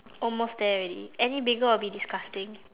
almost there already any bigger will be disgusting